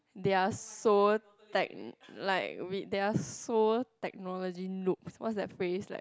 their are so like like with their so technology look what's that phrase like